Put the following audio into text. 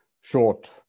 short